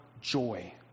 joy